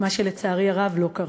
מה שלצערי הרב לא קרה.